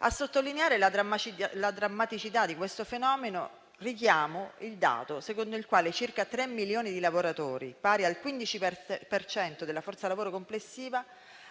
A sottolineare la drammaticità di questo fenomeno, richiamo il dato secondo il quale circa 3 milioni di lavoratori, pari al 15 per cento della forza lavoro complessiva,